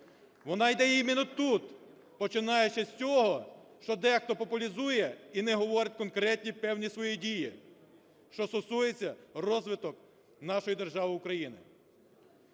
Вона йде іменно тут, починаючи з того, що дехто популізує і не говорить конкретні певні свої дії, що стосуються розвитку нашої держави України.